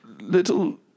little